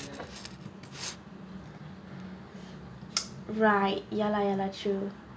right ya lah ya lah true